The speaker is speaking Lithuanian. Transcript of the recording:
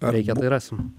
reikia tai rasim